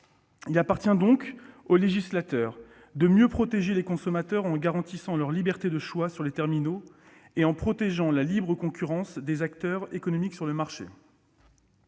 Il appartient donc au législateur de mieux protéger les consommateurs en garantissant leur liberté de choix sur les terminaux et en protégeant la libre concurrence des acteurs économiques sur le marché.